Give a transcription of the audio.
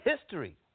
history